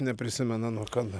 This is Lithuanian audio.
neprisimena nuo kada